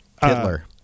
Hitler